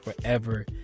forever